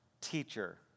teacher